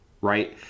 right